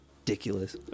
ridiculous